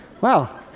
wow